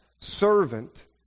servant